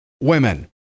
women